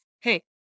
Hey